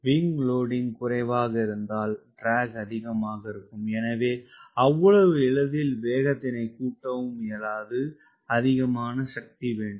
wing loading குறைவாக இருந்தால் drag அதிகமாக இருக்கும் எனவே அவ்வளவு எளிதில் வேகத்தினைக் கூட்டவும் இயலாது அதிகமான சக்தி வேண்டும்